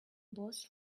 boss